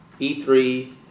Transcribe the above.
E3